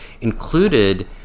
included